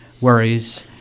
worries